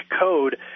code